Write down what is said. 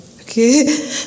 okay